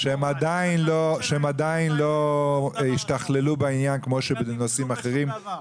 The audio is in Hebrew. שהם עדיין לא השתכללו בעניין כמו שבנושאים אחרים,